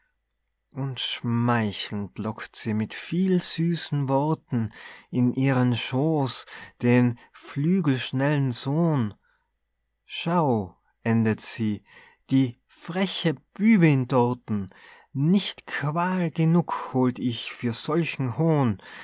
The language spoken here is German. und schmeichelnd lockt sie mit viel süßen worten in ihren schooß den flügelschnellen sohn schau endet sie die freche bübin dorten nicht qual genug holt ich für solchen hohn